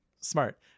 Smart